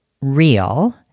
Real